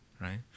Right